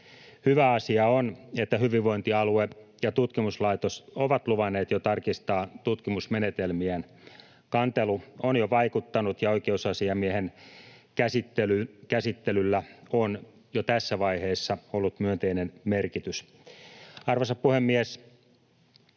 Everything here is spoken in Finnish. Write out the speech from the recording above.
Hyvä asia on, että hyvinvointialue ja tutkimuslaitos ovat luvanneet jo tarkistaa tutkimusmenetelmiään. Kantelu on jo vaikuttanut, ja oikeusasiamiehen käsittelyllä on jo tässä vaiheessa ollut myönteinen merkitys. Arvoisa puhemies!